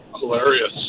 Hilarious